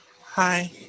Hi